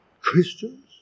Christians